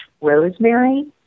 rosemary